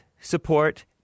support